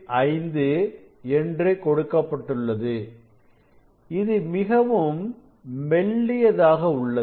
5 என்று கொடுக்கப்பட்டுள்ளது இது மிகவும் மெல்லியதாக உள்ளது